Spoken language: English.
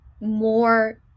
more